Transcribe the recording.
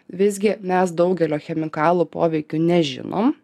visgi mes daugelio chemikalų poveikių nežinom